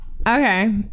Okay